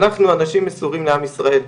אנחנו אנשים מסורים לעם ישראל,